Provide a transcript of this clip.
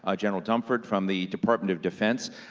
ah general dunford, from the department of defense,